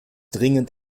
dringend